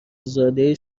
زاده